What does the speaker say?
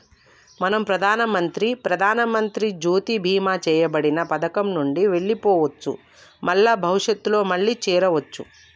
మనం ప్రధానమంత్రి ప్రధానమంత్రి జ్యోతి బీమా చేయబడిన పథకం నుండి వెళ్లిపోవచ్చు మల్ల భవిష్యత్తులో మళ్లీ చేరవచ్చు